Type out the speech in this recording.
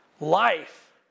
Life